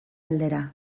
aldera